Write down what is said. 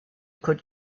could